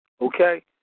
Okay